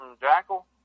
Jackal